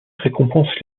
récompense